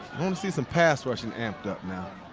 want to see some pass rushing amped up now.